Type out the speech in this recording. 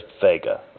Vega